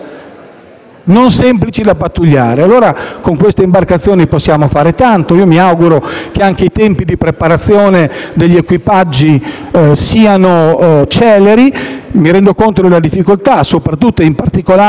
non semplici da pattugliare. Con queste imbarcazioni, allora, possiamo fare tanto. Mi auguro che anche i tempi di preparazione degli equipaggi siano celeri. Mi rendo conto della difficoltà, soprattutto e in particolare